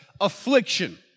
affliction